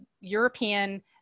European